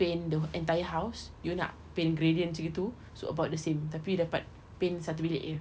paint the entire house you nak paint gradient macam gitu so about the same tapi dapat paint satu bilik jer